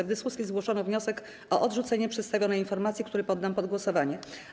W dyskusji zgłoszono wniosek o odrzucenie przedstawionej informacji, który poddam pod głosowanie.